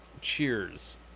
Cheers